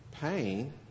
pain